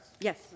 Yes